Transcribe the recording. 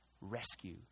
rescue